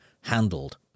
handled